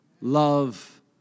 Love